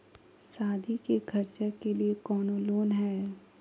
सादी के खर्चा के लिए कौनो लोन है?